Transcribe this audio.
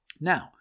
Now